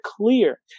clear